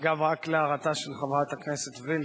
אגב, רק להערתה של חברת הכנסת וילף,